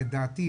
לדעתי,